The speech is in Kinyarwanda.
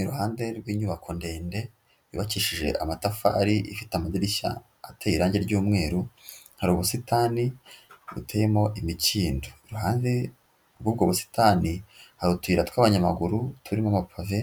Iruhande rw'inyubako ndende yubakishije amatafari, ifite amadirishya ateye irange ry'umweru, hari ubusitani buteyemo imikindo. Iruhande rw'ubwo busitani hari utuyira tw'abanyamaguru, turimo amapave